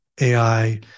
AI